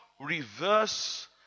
reverse